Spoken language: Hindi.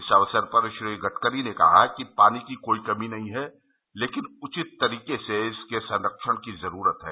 इस अवसर पर श्री गडकरी ने कहा कि पानी की कोई कमी नहीं है लेकिन उचित तरीके से इसके संरक्षण की जरूरत है